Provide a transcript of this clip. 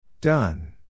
Done